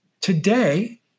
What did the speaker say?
Today